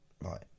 right